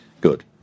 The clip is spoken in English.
good